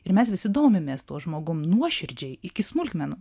ir mes visi domimės tuo žmogum nuoširdžiai iki smulkmenų